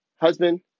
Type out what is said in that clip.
husband